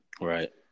Right